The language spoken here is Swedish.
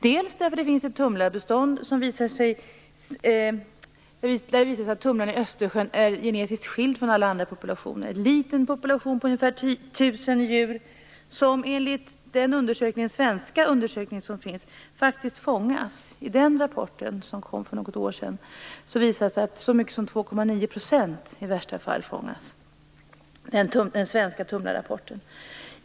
Det beror på att det finns ett tumlarebestånd i Östersjön som har visat sig vara genetiskt skilt från alla andra bestånd. Det är en liten population på ungefär 1 000 djur, som enligt den svenska undersökning som finns faktiskt fångas. I den rapporten, som kom för något år sedan, sägs det att så mycket som 2,9 % i värsta fall fångas. Det är den svenska tumlarerapporten.